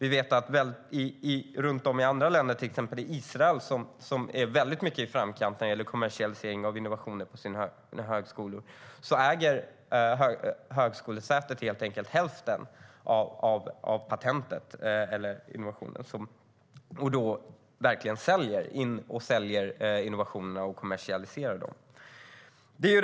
I andra länder, till exempel i Israel, som är väldigt mycket i framkant när det gäller kommersialisering av innovationer på sina högskolor, äger högskolesätet hälften av patentet eller innovationen, och då säljer de verkligen in innovationerna och kommersialiserar dem.